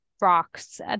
Rocks